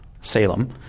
Salem